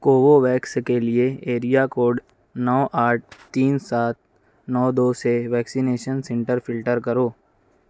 Covovax کے لیے area code نو آٹھ تین سات نو دو سے ویکسینیشن سنٹر فلٹر کرو